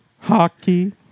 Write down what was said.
hockey